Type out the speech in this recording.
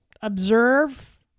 Observe